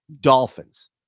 Dolphins